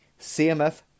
CMF